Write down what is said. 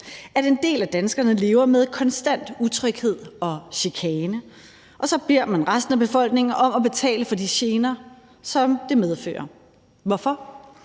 at en del af danskerne lever med en konstant utryghed og chikane, og så beder man resten af befolkningen om at betale for de gener, som det medfører. Hvorfor?